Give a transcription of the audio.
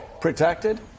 protected